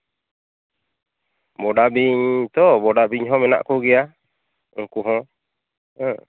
ᱵᱚᱰᱟ ᱵᱤᱧ ᱛᱚ ᱵᱚᱰᱟ ᱵᱤᱧ ᱦᱚᱸ ᱢᱮᱱᱟᱜ ᱠᱚᱜᱮᱭᱟ ᱩᱱᱠᱩ ᱦᱚᱸ ᱦᱮᱸ